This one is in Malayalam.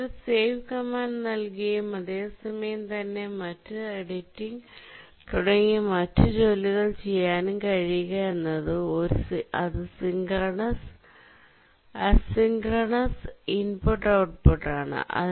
എന്നാൽ ഒരു സേവ് കമാൻഡ് നൽകുയും അതെ സമയം തന്നെ നമുക്കു എഡിറ്റിംഗ് തുടങ്ങിയ മറ്റു ജോലികൾ ചെയ്യാനും കഴിയുക ആണെങ്കിൽ അത് അസിൻക്രൊൻസ് IOasynchronous IO ആണ്